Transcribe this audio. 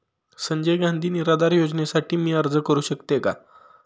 संजय गांधी निराधार अनुदान योजनेसाठी मी अर्ज करू शकते का?